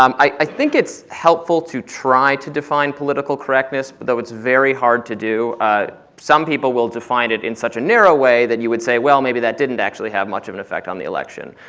um i think it's helpful to try to define political correctness, though it's very hard to do. ah some people will define it in such a narrow way that you would say, well, maybe that didn't actually have much of an effect on the election.